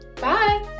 Bye